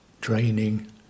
draining